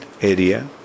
area